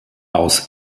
aus